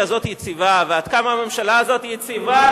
הזאת יציבה ועד כמה הממשלה הזאת יציבה,